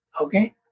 okay